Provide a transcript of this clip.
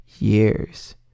years